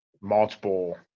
multiple